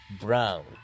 brown